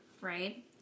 right